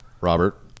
robert